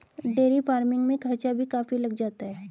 dairy farming में खर्चा भी काफी लग जाता है